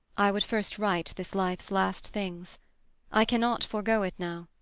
i would first write this life's last things i cannot forego it now.